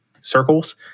circles